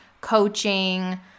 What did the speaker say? coaching